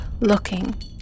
looking